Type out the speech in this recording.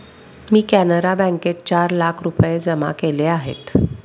मी कॅनरा बँकेत चार लाख रुपये जमा केले आहेत